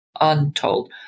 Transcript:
untold